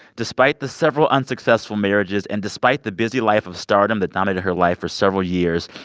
despite the several unsuccessful marriages and despite the busy life of stardom that dominated her life for several years,